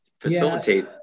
facilitate